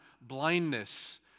blindness